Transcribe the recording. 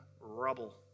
rubble